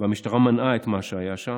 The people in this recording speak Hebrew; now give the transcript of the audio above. והמשטרה מנעה את מה שהיה שם.